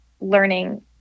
learning